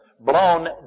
Blown